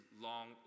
long